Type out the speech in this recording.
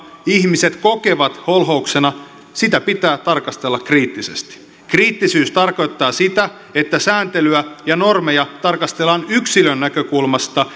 ihmiset kokevat holhouksena pitää tarkastella kriittisesti kriittisyys tarkoittaa sitä että sääntelyä ja normeja tarkastellaan yksilön näkökulmasta